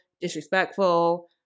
disrespectful